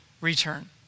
return